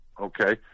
Okay